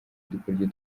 udukoryo